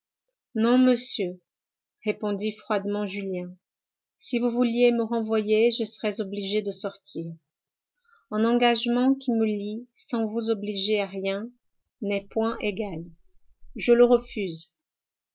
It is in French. non monsieur répondit froidement julien si vous vouliez me renvoyer je serais obligé de sortir un engagement qui me lie sans vous obliger à rien n'est point égal je le refuse